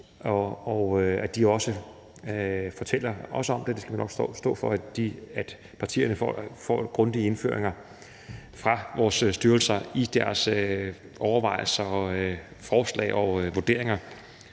og at de også fortæller os om det, og vi skal nok stå for, at partierne får en grundig indføring fra vores styrelser i deres overvejelser og forslag og vurderinger.